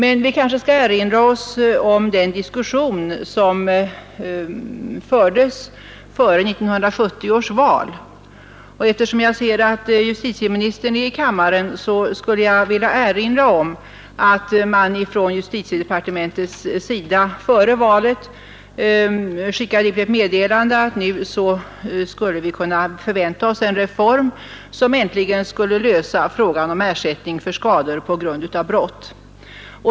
Vi skall kanske dock erinra oss den diskussion som fördes inför 1970 års val. Eftersom jag ser att justitieministern är i kammaren, skulle jag vilja erinra om att justitiedepartementet före valet sände ut ett meddelande, där man förutskickade en reform som äntligen skulle lösa frågan om ersättning för personskador på grund av brott.